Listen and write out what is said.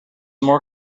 more